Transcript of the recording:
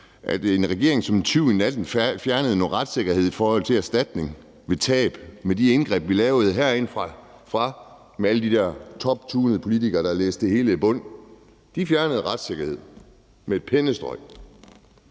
en regering som en tyv i natten fjernede noget retssikkerhed i forhold til erstatning ved tab med de indgreb, der blev lavet herindefra, og hvor alle de her toptunede politikere læste det hele til bunds. De fjernede retssikkerheden med et pennestrøg.